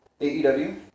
AEW